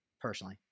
Personally